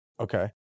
Okay